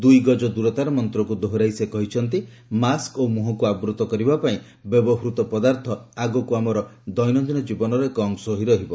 ଦୁଇଗଜ ଦୂରତାର ମନ୍ତ୍ରକୁ ଦୋହରାଇ ସେ କହିଛନ୍ତି ମାସ୍କ୍ ଓ ମୁହଁକୁ ଆବୃତ କରିବା ପାଇଁ ବ୍ୟବହୃତ ପଦାର୍ଥ ଆଗକ୍ ଆମର ଦୈନନ୍ଦିନ ଜୀବନର ଏକ ଅଂଶ ହୋଇ ରହିବ